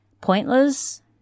Pointless